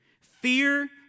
Fear